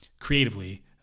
creatively